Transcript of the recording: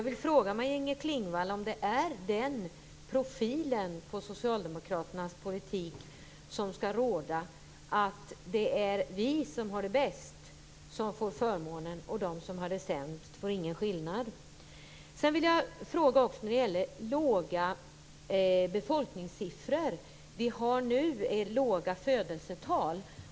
Är det den profilen på Socialdemokraternas politik som skall råda, dvs. att det är vi som har det bäst som skall få förmånen och att det blir ingen skillnad för dem som har det sämst? Sedan var det de låga befolkningssiffrorna. Födelsetalen är nu låga.